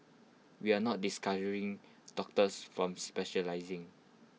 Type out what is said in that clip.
we are not discouraging doctors from specialising